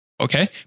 Okay